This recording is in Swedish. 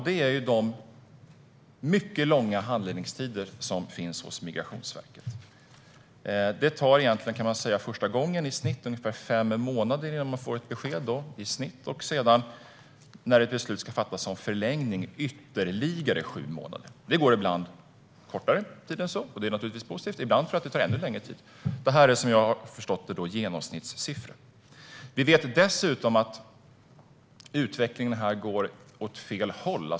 Det är de mycket långa handläggningstiderna hos Migrationsverket. Första gången man söker tar det i snitt fem månader innan man får ett besked. Och när det ska fattas beslut om förlängning tar det ytterligare sju månader. Det går ibland snabbare, och det är naturligtvis positivt. Men ibland tar det ännu längre tid - det här är, som jag har förstått det, genomsnittssiffror. Utvecklingen går dessutom åt fel håll.